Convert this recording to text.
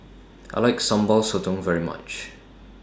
I like Sambal Sotong very much